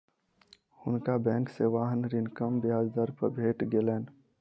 हुनका बैंक से वाहन ऋण कम ब्याज दर पर भेट गेलैन